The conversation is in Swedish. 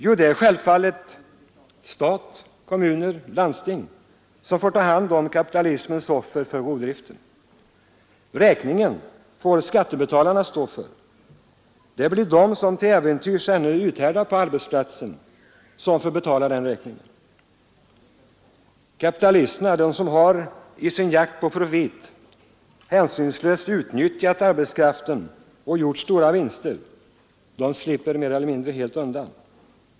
Jo, det blir självfallet stat, kommuner och landsting som får ta hand om offren för kapitalismens rovdrift. Räkningen får skattebetalarna stå för. Det blir de som till äventyrs ännu härdar ut på arbetsplatserna som får betala den räkningen. Kapitalisterna, de som i sin jakt på profit hänsynslöst utnyttjat arbetskraften och gjort stora vinster, de slipper mer eller mindre helt undan.